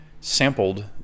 sampled